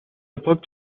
پاک